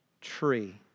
tree